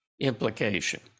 implication